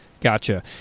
Gotcha